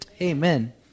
Amen